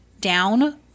down